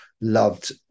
loved